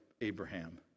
abraham